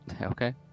Okay